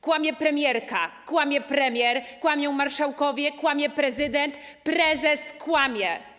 Kłamie premierka, kłamie premier, kłamią marszałkowie, kłamie prezydent, prezes kłamie.